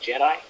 Jedi